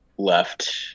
Left